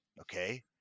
okay